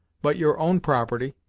but your own property,